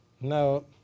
No